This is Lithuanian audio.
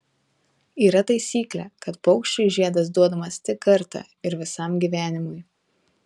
yra taisyklė kad paukščiui žiedas duodamas tik kartą ir visam gyvenimui